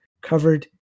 covered